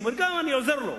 הוא אומר: אני עוזר לו.